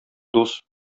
дус